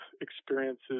experiences